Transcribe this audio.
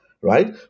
right